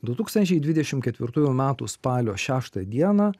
du tūkstančiai dvidešimt ketvirtųjų metų spalio šeštą dieną